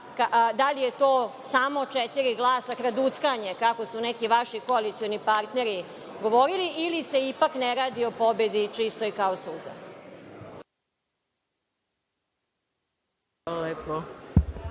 da li je to samo četiri glasa kraduckanje, kako su neki vaši koalicioni partneri govorili, ili se ipak ne radi o pobedi čistoj kao suza?